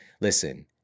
listen